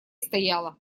стояла